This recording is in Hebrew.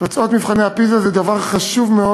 תוצאות מבחני פיז"ה, זה דבר חשוב מאוד.